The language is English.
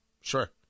sure